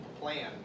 plan